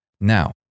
now